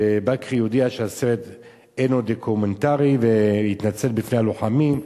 שבכרי הודיע שהסרט אינו דוקומנטרי והתנצל בפני הלוחמים.